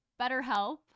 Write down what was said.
BetterHelp